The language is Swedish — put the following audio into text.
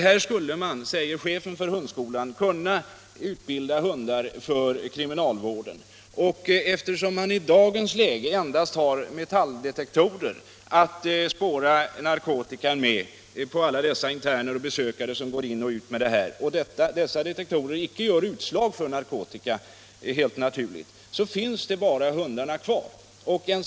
Här skulle det, säger chefen för hundskolan, kunna utbildas hundar för kriminalvården. Eftersom man i dagens läge endast har metalldetektorer när man skall spåra narkotika hos interner och alla besökare som går in och ut, och dessa detektorer icke ger utslag för narkotika, helt naturligt, så finns det bara hundarna kvar att använda.